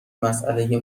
مساله